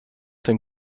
dem